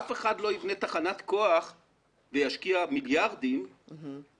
אף אחד לא יבנה תחנת כוח וישקיע מיליארדים אם